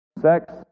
sex